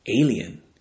Alien